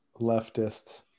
leftist